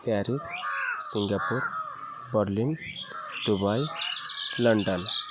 Paris Singapore Berlin Dubai London